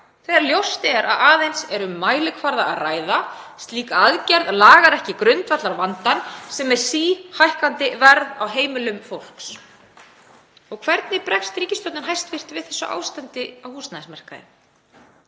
þegar ljóst er að aðeins er um mælikvarða að ræða. Slík aðgerð lagar ekki grundvallarvandann sem er síhækkandi verð á heimilum fólks. Hvernig bregst ríkisstjórnin við þessu ástandi á húsnæðismarkaði?